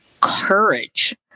courage